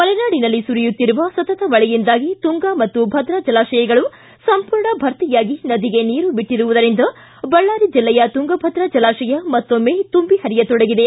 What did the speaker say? ಮಲೆನಾಡಿನಲ್ಲಿ ಸುರಿಯುತ್ತಿರುವ ಸತತ ಮಳೆಯಿಂದಾಗಿ ತುಂಗಾ ಮತ್ತು ಭದ್ರಾ ಜಲಾಶಯಗಳು ಸಂಪೂರ್ಣ ಭರ್ತಿಯಾಗಿ ನದಿಗೆ ನೀರು ಬಿಟ್ಟಿರುವುದರಿಂದ ಬಳ್ಳಾರಿ ಜಿಲ್ಲೆಯ ತುಂಗಭದ್ರಾ ಜಲಾಶಯ ಮತ್ತೊಮ್ಮೆ ತುಂಬಿ ಪರಿಯತೊಡಗಿದೆ